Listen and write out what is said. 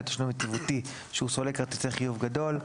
תשלום יציבותי שהוא סולק כרטיסי חיוב גדול".